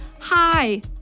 Hi